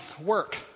Work